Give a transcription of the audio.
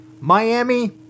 Miami